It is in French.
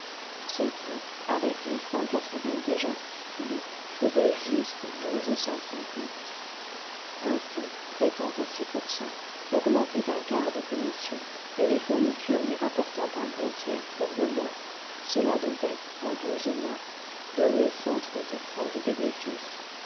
ce qui avec les cent quatre-vingts déjà stipulés faisait juste douze cent cinquante ainsi prêtant à six pour cent augmenté d'un quart de commission et les fournitures lui rapportant un bon tiers pour le moins cela devait en douze mois donner cent trente francs de bénéfice